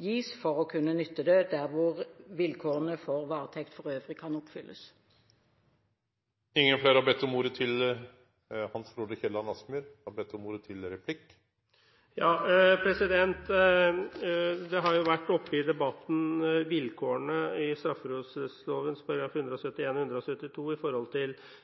gis for å kunne nytte det der hvor vilkårene for varetekt for øvrig kan oppfylles. Vilkårene i straffeprosessloven §§ 171–172 for når domstolene kan ilegge varetekt, har vært oppe i debatten, og